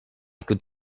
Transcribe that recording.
could